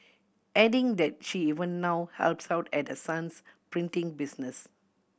adding that she even now helps out at her son's printing business